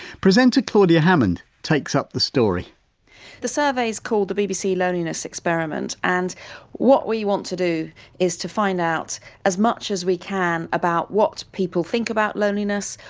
present claudia hammond takes up the story the survey's called the bbc loneliness experiment and what we want to do is to find out as much as we can about what people think about loneliness,